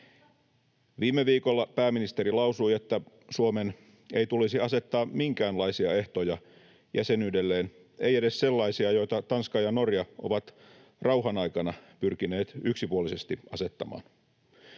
Viime viikolla pääministeri lausui, että Suomen ei tulisi asettaa minkäänlaisia ehtoja jäsenyydelleen, ei edes sellaisia, joita Tanska ja Norja ovat rauhan aikana pyrkineet yksipuolisesti asettamaan.